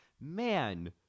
man